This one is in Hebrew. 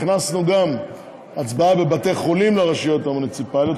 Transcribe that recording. הכנסנו גם הצבעה בבתי-חולים לרשויות המוניציפליות,